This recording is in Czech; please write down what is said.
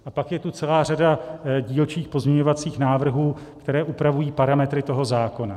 A pak je to celá řada dílčích pozměňovacích návrhů, které upravují parametry toho zákona.